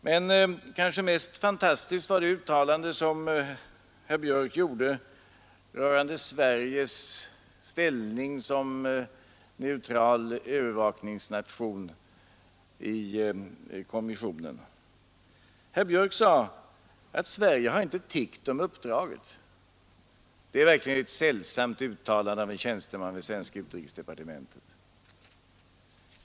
Det kanske mest fantastiska var det uttalande som herr Björk gjorde rörande Sveriges ställning som medlem i övervakningskommissionen. Han sade att Sverige inte hade tiggt om uppdraget. Det är verkligen ett sällsamt uttalande av en tjänsteman i utrikesdepartementet.